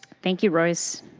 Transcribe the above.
think you, royce.